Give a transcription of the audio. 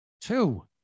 Two